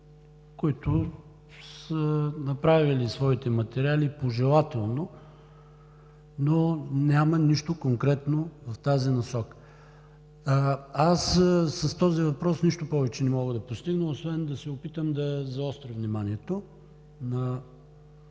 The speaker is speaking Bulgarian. които са направили своите материали пожелателно, но няма нищо конкретно в тази насока. С този въпрос нищо повече не мога да постигна освен да се опитам да заостря вниманието на